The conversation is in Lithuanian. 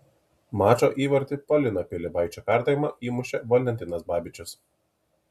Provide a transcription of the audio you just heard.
mačo įvartį po lino pilibaičio perdavimo įmušė valentinas babičius